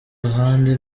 ahandi